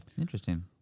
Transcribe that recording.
interesting